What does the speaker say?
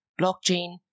Blockchain